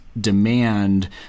demand